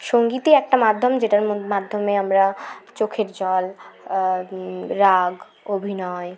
সঙ্গীতই একটা মাধ্যম যেটার মাধ্যমে আমরা চোখের জল রাগ অভিনয়